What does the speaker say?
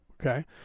okay